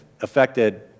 affected